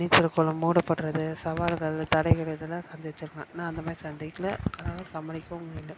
நீச்சல் குளம் மூடப்படுறது சவால்கள் தடைகள் இதல்லாம் சந்தித்திருப்பேன் நான் அந்த மாதிரி சந்திக்கல அதனால் சமாளிக்கவும் முடியல